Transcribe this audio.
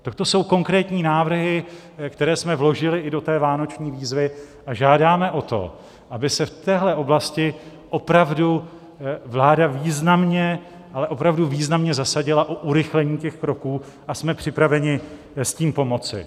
Tak to jsou konkrétní návrhy, které jsme vložili i do té vánoční výzvy, a žádáme o to, aby se v téhle oblasti opravdu vláda významně, ale opravdu významně zasadila o urychlení těch kroků, a jsme připraveni s tím pomoci.